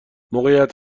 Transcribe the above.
موقعیت